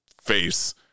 face